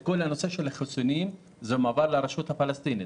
כל הנושא מועברים לרשות הפלסטינית.